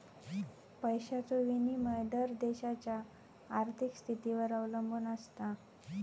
पैशाचो विनिमय दर देशाच्या आर्थिक स्थितीवर अवलंबून आसता